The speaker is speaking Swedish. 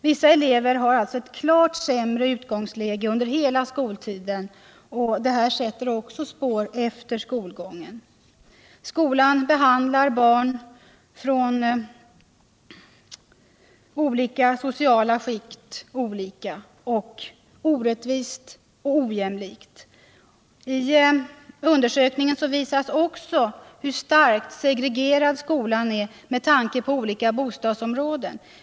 Vissa elever har klart sämre utgångsläge under hela skoltiden, och detta sätter spår även efter skolgången. Skolan behandlar barn från olika sociala skikt olika, orättvist och ojämlikt. I undersökningen visas också hur starkt segregerad skolan är med tanke på olika bostadsområden.